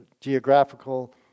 geographical